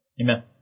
Amen